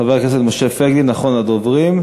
חבר הכנסת משה פייגלין, אחרון הדוברים,